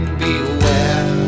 beware